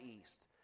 east